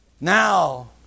Now